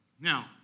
Now